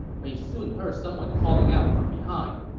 but he soon heard someone calling out from behind,